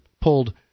pulled